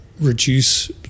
reduce